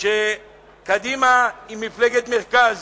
שקדימה היא מפלגת מרכז,